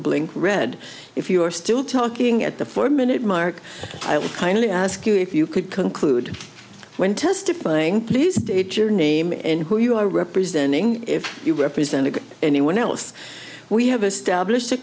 blink read if you are still talking at the four minute mark i will kindly ask you if you could conclude when testifying please state your name and who you are representing if you represented anyone else we have established a